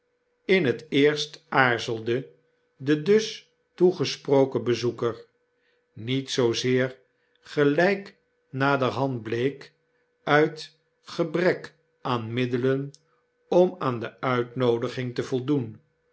in t eerst aarzelde de dus toegesproken bezoeker niet zoozeer gelyk naderhand bleek uit gebrek aan middelen om aan die uitnoodiging te voldoen